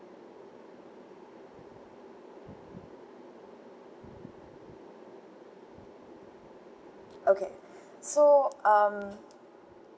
okay so um